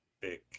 big